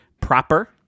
proper